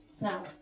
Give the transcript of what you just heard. Now